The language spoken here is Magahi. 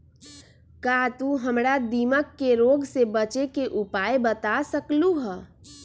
का तू हमरा दीमक के रोग से बचे के उपाय बता सकलु ह?